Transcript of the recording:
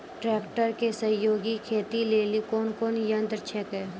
Tractor के सहयोगी खेती लेली कोन कोन यंत्र छेकै?